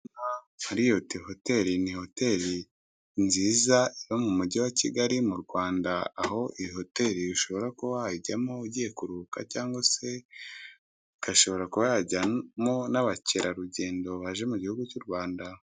Mariyoti hoteli ni hoteli nziza yo mu mujyi wa kigali, mu Rwanda, aho iyi hoteli ishobora kuba wajyamo ugiye kuruhuka cyangwa se ugashobora kuba wajyamo n'abakerarugendo baje mu gihugu cy'u Rwanda